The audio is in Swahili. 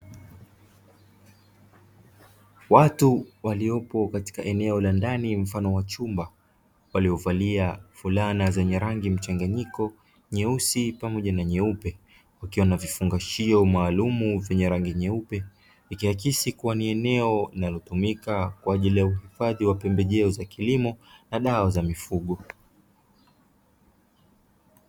Watu waliopo katika eneo la ndani mfano wa chumba, waliovalia fulana zenye rangi mchanganyiko nyeusi pamoja na nyeupe, wakiwa na vifungashio maalumu vyenye rangi nyeupe; ikiakisi kuwa ni eneo linalotumika kwa ajili ya uhifadhi wa pembejeo za kilimo na dawa za mifugo.